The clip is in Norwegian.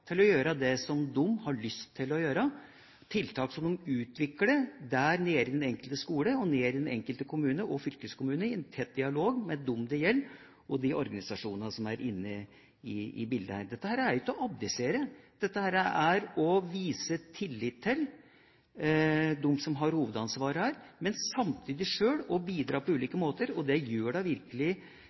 til å gjøre det som man har lyst til å gjøre – tiltak som man utvikler i den enkelte skole, i den enkelte kommune og fylkeskommune, i tett dialog med dem det gjelder, og de organisasjonene som er inne i bildet. Dette er ikke å abdisere. Dette er å vise tillit til dem som har hovedansvaret her, men samtidig selv bidra på ulike måter – og det gjør da virkelig